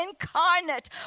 incarnate